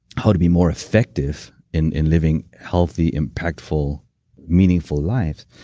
how to be more effective in in living healthy, impactful meaningful lives.